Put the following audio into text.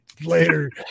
Later